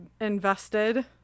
invested